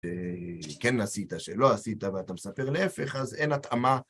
שכן עשית, שלא עשית, ואתה מספר להפך, אז אין התאמה.